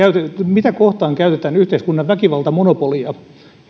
mitä kohtaan käytetään yhteiskunnan väkivaltamonopolia ja